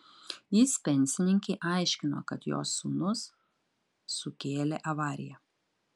jis pensininkei aiškino kad jos sūnus sukėlė avariją